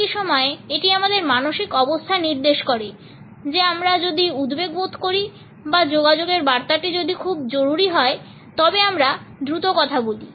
একই সময়ে এটি আমাদের মানসিক অবস্থা নির্দেশ করে যে আমরা যদি উদ্বেগ বোধ করি বা যোগাযোগের বার্তাটি যদি খুব জরুরী হয় তবে আমরা দ্রুত কথা বলি